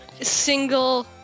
Single